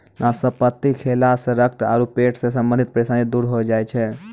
नाशपाती खैला सॅ रक्त आरो पेट सॅ संबंधित परेशानी दूर होय जाय छै